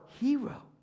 hero